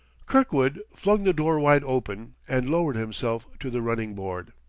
kirkwood flung the door wide open and lowered himself to the running-board.